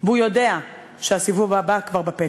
והוא יודע שהסיבוב הבא כבר בפתח?